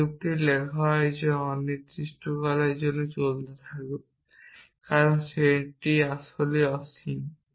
এই লুপটি লেখা হয় যা অনির্দিষ্টকালের জন্য চলতে থাকবে কারণ সেটটি আসলে অসীম